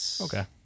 Okay